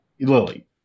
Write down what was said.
Lily